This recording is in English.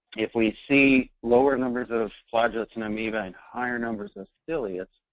if we see lower numbers of flagellates and amoeba and higher numbers of psyllias,